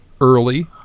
early